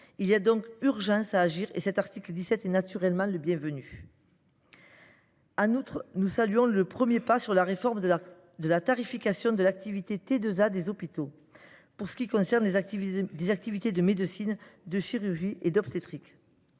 Il y a donc urgence à agir, raison pour laquelle l’article 17 est naturellement le bienvenu. En outre, nous saluons le premier pas vers la réforme de la tarification à l’activité (T2A) des hôpitaux, pour ce qui concerne les activités de médecine, de chirurgie et d’obstétrique.